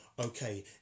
okay